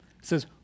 says